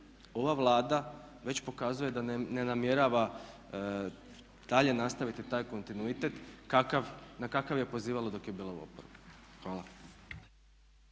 ova Vlada već pokazuje da ne namjerava dalje nastaviti taj kontinuitet na kakav je pozivala dok je bila u oporbi. Hvala.